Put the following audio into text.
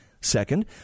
Second